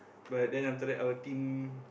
but then after that our team